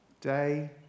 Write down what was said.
day